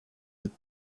with